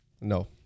No